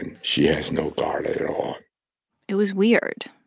and she has no guard at all it was weird.